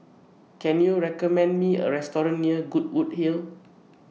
Can YOU recommend Me A Restaurant near Goodwood Hill